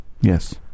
Yes